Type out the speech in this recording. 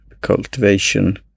cultivation